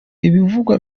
ibivugwa